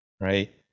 right